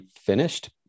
finished